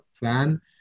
plan